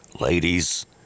ladies